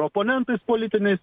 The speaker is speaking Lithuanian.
oponentais politiniai